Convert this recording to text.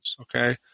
okay